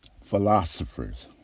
philosophers